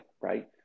right